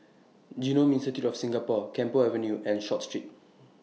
Genome Institute of Singapore Camphor Avenue and Short Street